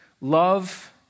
love